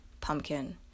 pumpkin